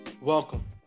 welcome